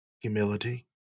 humility